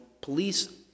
police